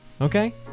okay